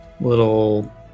little